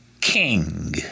king